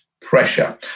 pressure